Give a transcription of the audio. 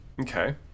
Okay